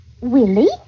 Willie